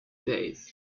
days